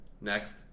next